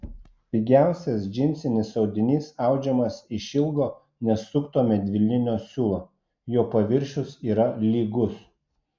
pigiausias džinsinis audinys audžiamas iš ilgo nesukto medvilninio siūlo jo paviršius yra lygus